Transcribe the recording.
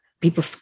people